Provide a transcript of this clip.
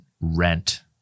rent